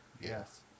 Yes